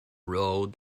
role